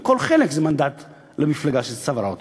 וכל חלק זה מנדט למפלגה שצברה אותו.